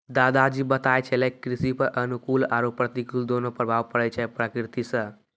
दादा जी बताय छेलै कृषि पर अनुकूल आरो प्रतिकूल दोनों प्रभाव पड़ै छै प्रकृति सॅ